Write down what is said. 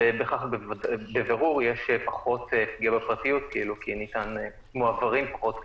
ובכך בבירור יש פחות פגיעה בפרטיות כי מועבר פחות מידע?